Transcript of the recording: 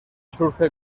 surge